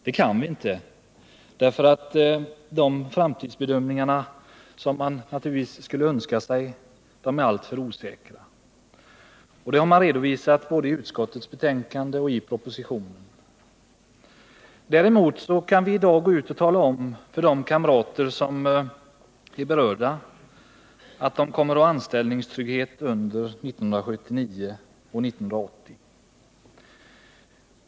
Det kan vi inte, därför att de framtidsbedömningarna — som man naturligtvis skulle önska sig — är alltför osäkra. Det har redovisats både i utskottets betänkande och i propositionen. Däremot kan vi i dag gå ut och tala om för de kamrater som är berörda att de kommer att ha anställningstrygghet under 1979 och 1980.